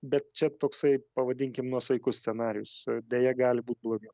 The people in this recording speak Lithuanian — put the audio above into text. bet čia toksai pavadinkim nuosaikus scenarijus deja gali būt blogiau